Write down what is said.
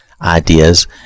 ideas